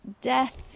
Death